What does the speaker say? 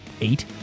Eight